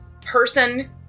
person